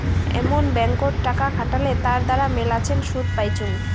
এমন ব্যাঙ্কত টাকা খাটালে তার দ্বারা মেলাছেন শুধ পাইচুঙ